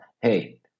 Hey